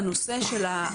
הייתה בעיה בנושא ההמתנה,